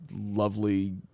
lovely